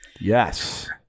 Yes